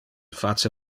face